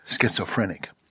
schizophrenic